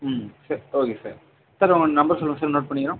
ம் சரி okay sir sir உங்கள் நம்பர் சொல்லுங்கள் சார் நோட் பண்ணிக்கிறோம்